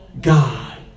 God